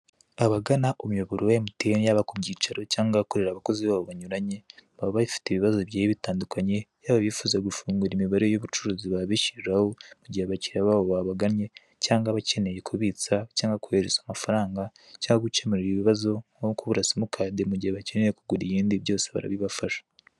Abagana umuyoboro wa emutiyeni, yaba ku byicaro cyangwa ahakorera abakozi bayo banyuranye, baba bafite ibibazo bigiye bitandukanye. Yaba abyifuza guhufungura imibare y'ubucuruzi abakiriya babo babishyuriraho mu gihe babagannye, cyangwa abakeneye kubitsa cyangwa kohereza amafaranga, cyangwa gukemurirwa ibibazo nko kubura simu kadi mu gihe bakeneye kugura ibindi, byose barabibafasha.